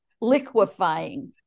liquefying